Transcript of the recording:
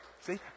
See